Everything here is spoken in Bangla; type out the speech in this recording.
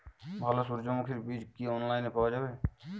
ভালো সূর্যমুখির বীজ কি অনলাইনে পাওয়া যায়?